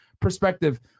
perspective